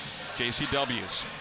JCW's